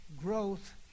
growth